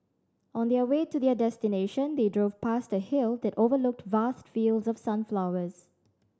on the way to their destination they drove past a hill that overlooked vast fields of sunflowers